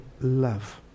love